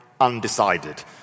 undecided